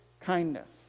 kindness